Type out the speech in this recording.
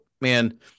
man